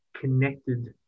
connected